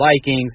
Vikings